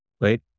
right